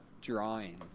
drawing